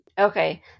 Okay